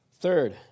Third